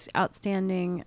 outstanding